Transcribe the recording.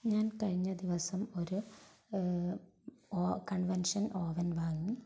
ഞാൻ കഴിഞ്ഞ ദിവസം ഒരു കൺവെൻഷൻ ഓവൻ വാങ്ങി